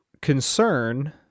concern